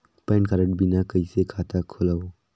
Pan card बिना कइसे खाता खोलव?